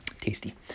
Tasty